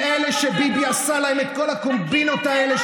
עם אלה שביבי עשה להם את כל הקומבינות האלה,